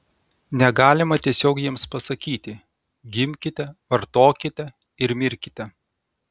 negalima tiesiog jiems pasakyti gimkite vartokite ir mirkite